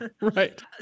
right